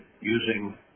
using